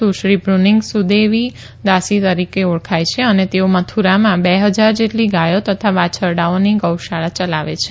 સુશ્રી બુનીંગ સુદેવીદાસી તરીકે ઓળખાય છે અને તેઓ મથુરામાં બે ફજાર જેટલી ગાયો તથા વાછરડાંઓની ગૌશાળા ચલાવે છે